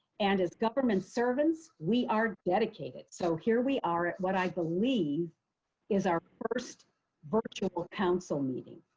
and as government servants we are dedicated! so here we are at what i believe is our first virtual council meeting.